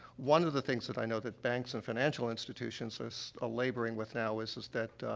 one of the things that i know that banks and financial institutions is, ah laboring with now is, is that,